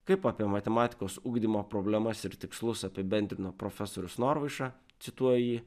kaip apie matematikos ugdymo problemas ir tikslus apibendrino profesorius norvaiša cituoju jį